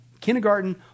kindergarten